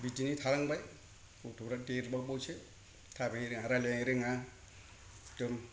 बिदिनो थालांबाय गथ'फ्रा देरबावबायसो थाबायनो रोङा रायलायनो रोङा एकदम